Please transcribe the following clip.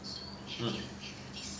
hmm